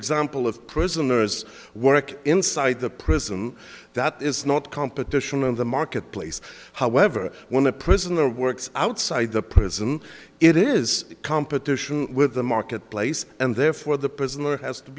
example of prisoners work inside the prison that is not competition of the marketplace however when a prisoner works outside the prison it is competition with the marketplace and therefore the prisoner has to